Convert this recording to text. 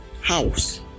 house